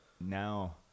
now